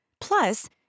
Plus